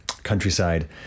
countryside